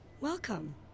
Welcome